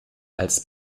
als